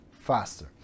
faster